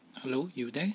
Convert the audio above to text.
hello you there